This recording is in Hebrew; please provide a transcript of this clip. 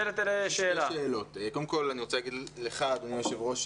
--- שתי שאלות: קודם כל אני רוצה להגיד לך אדוני היושב-ראש,